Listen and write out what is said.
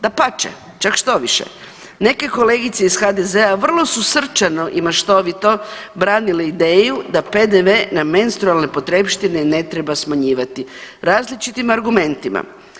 Dapače, čak štoviše neke kolegice iz HDZ-a vrlo su srčano i maštovito branile ideju da PDV na menstrualne potrepštine ne treba smanjivati različitim argumentima.